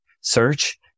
search